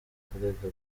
kurega